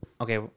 Okay